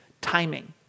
timing